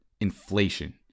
inflation